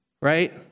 Right